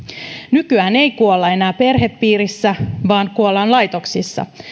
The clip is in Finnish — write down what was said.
nykyään ei kuolla enää perhepiirissä vaan kuollaan laitoksissa